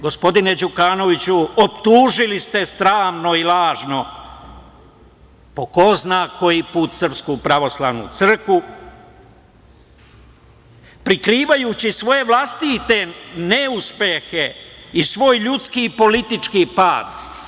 Gospodine Đukanoviću, optužili ste sramno i lažno po ko zna koji put SPC prikrivajući svoje vlastite neuspehe i svoj ljudski i političi pad.